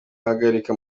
ahagarika